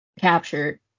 captured